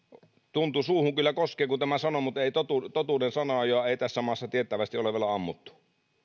suuhun kyllä koskee kun tämän sanon mutta ei totuuden totuuden sanojaa tässä maassa tiettävästi ole vielä ammuttu